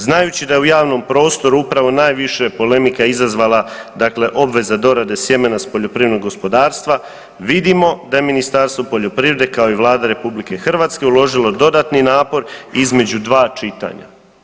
Znajući da je u javnom prostoru upravo najviše polemika izazvala dakle obveza dorade sjemena s poljoprivrednog gospodarstva vidimo da je Ministarstvo poljoprivrede, kao i Vlada RH uložilo dodatni napor između dva čitanja.